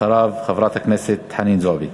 אחריו, חברת הכנסת חנין זועבי.